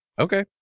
Okay